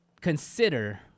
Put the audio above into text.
consider